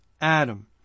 Adam